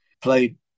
played